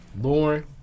Lauren